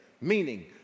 Meaning